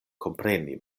kompreni